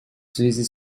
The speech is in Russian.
связи